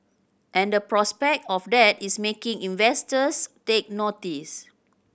and the prospect of that is making investors take notice